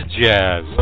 jazz